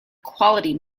quality